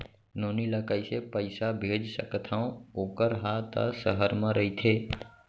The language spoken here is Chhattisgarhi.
नोनी ल कइसे पइसा भेज सकथव वोकर हा त सहर म रइथे?